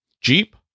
Jeep